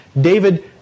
David